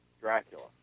Dracula